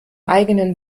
eigenen